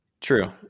True